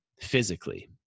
physically